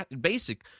basic